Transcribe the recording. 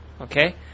okay